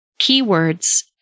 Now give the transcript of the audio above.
keywords